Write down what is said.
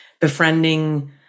befriending